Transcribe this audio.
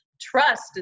trust